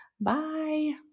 bye